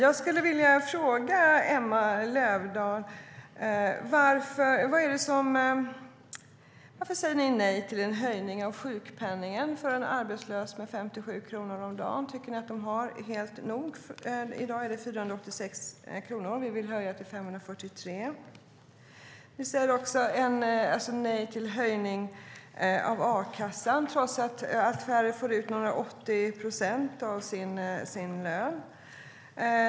Herr talman! Varför säger ni nej till en höjning av sjukpenningen med 57 kronor om dagen för en arbetslös, Emma Löfdahl? Tycker ni att de har nog? I dag är sjukpenningen 486 kronor, och vi vill höja den till 543 kronor. Ni säger också nej till höjning av a-kassan, trots att färre får ut 80 procent av sin lön i ersättning.